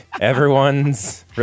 Everyone's